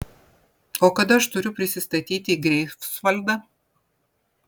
o kada aš turiu prisistatyti į greifsvaldą